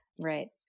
Right